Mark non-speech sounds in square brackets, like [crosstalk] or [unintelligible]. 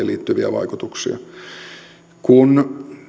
[unintelligible] liittyviä vaikutuksia kun